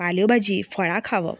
भाजी फळां खावप